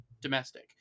domestic